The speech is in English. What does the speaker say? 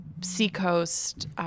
Seacoast